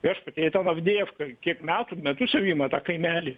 viešpatie jie ten avdejevką kiek metų metus jau ima tą kaimelį